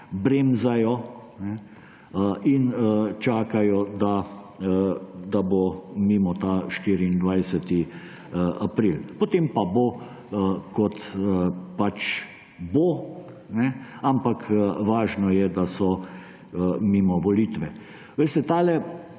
bremzajo in čakajo, da bo mimo ta 24. april. Potem pa bo, kot pač bo, ampak važno je, da so mimo volitve. Veste, tale